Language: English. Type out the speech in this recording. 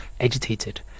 agitated